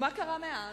ומה קרה מאז?